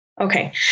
Okay